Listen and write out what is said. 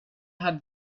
had